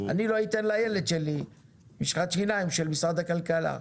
אני לא אתן לילד שלי משחת שיניים של משרד הכלכלה.